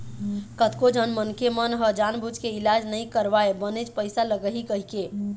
कतको झन मनखे मन ह जानबूझ के इलाज नइ करवाय बनेच पइसा लगही कहिके